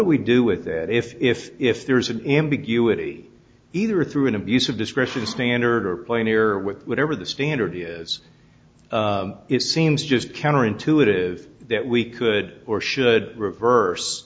do we do with that if if if there is an ambiguity either through an abuse of discretion standard or plain here with whatever the standard is it seems just counterintuitive that we could or should reverse